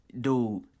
dude